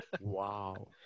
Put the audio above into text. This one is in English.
Wow